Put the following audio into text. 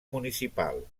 municipal